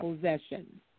possession